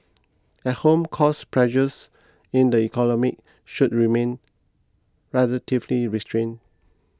at home cost pressures in the economy should remain relatively restrained